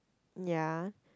ya